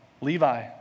Levi